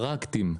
פרקטיים,